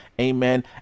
amen